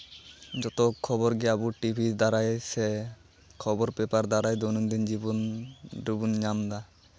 ᱡᱚᱛᱚ ᱠᱷᱚᱵᱚᱨ ᱜᱮ ᱟᱵᱚ ᱴᱤᱵᱷᱤ ᱫᱟᱨᱟᱭ ᱥᱮ ᱠᱷᱚᱵᱚᱨ ᱯᱮᱯᱟᱨ ᱫᱟᱨᱟᱭ ᱫᱚ ᱫᱳᱭᱱᱚᱱᱫᱤᱱ ᱡᱤᱵᱚᱱ ᱨᱮᱵᱚᱱ ᱧᱟᱢ ᱮᱫᱟ